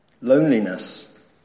Loneliness